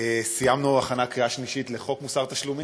סיימנו הכנה לקריאה שלישית של חוק מוסר תשלומים,